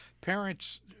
parents